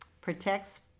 protects